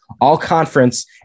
all-conference